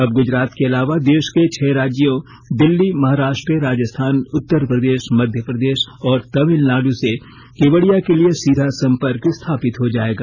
अब गुजरात के अलावा देश के छह राज्यों दिल्ली महाराष्ट्र राजस्थान उत्तर प्रदेश मध्य प्रदेश और तामिलनाडू से केवड़िया के लिए सीधा संपर्क स्थापित हो जायेगा